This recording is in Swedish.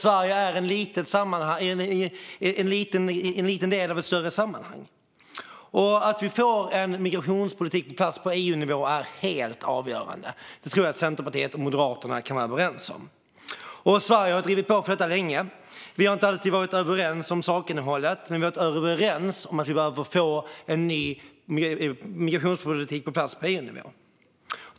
Sverige är en liten del av ett större sammanhang. Att vi får en migrationspolitik på EU-nivå är helt avgörande. Det tror jag att Centerpartiet och Moderaterna kan vara överens om. Sverige har drivit på för detta länge. Vi har inte alltid varit överens om sakinnehållet, men vi har varit överens om att vi behöver få en ny migrationspolitik på EU-nivå.